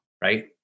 right